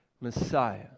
Messiah